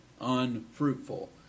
unfruitful